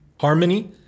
Harmony